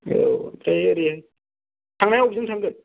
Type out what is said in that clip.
औ ओमफ्राय ओरै थांनाया बबेजों थांगोन